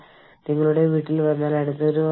US zip കോഡുകൾ അഞ്ച് അക്കങ്ങളാണ്